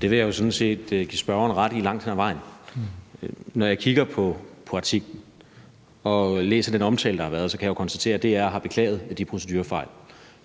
Det vil jeg sådan set give spørgeren ret i langt hen ad vejen. Når jeg kigger på artiklen og læser den omtale, der har været, kan jeg konstatere, at DR har beklaget de procedurefejl